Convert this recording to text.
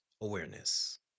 awareness